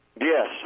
Yes